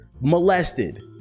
molested